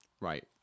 right